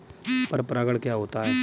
पर परागण क्या होता है?